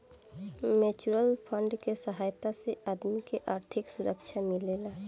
mutual fund के सहायता से आदमी के आर्थिक सुरक्षा मिलेला